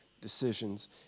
decisions